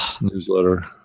newsletter